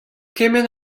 kement